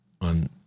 on